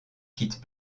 quitte